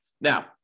Now